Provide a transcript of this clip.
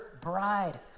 bride